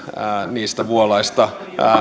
niistä vuolaista